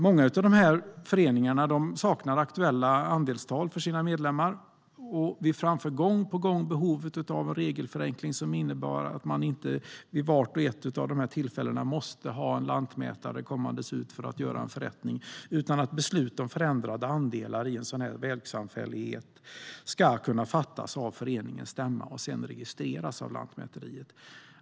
Många av de föreningarna saknar aktuella andelstal för sina medlemmar. Vi framför gång på gång att det finns behov av en regelförenkling som innebär att man inte vid vart och ett av dessa tillfällen måste ha en lantmätare som kommer ut för att göra en förrättning. Beslut om förändrade andelar i en sådan vägsamfällighet ska i stället kunna fattas av föreningens stämma och sedan registreras av Lantmäteriet.